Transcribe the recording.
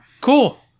cool